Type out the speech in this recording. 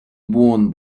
worn